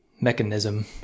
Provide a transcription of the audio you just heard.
mechanism